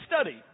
study